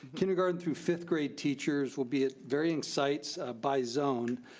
kindergarten through fifth grade teachers will be at varying sites by zone,